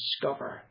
discover